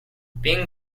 being